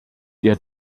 der